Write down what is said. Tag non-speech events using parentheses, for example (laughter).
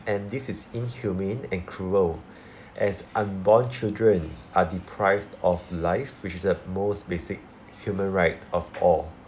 and this is inhumane and cruel (breath) as unborn children are deprived of life which is the most basic human right of all